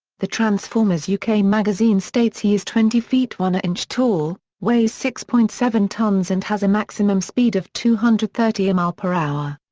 the transformers u k. magazine states he is twenty feet one inch tall, weighs six point seven tons and has a maximum speed of two hundred and thirty mph.